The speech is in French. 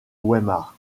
weimar